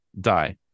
die